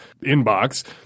inbox